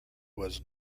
was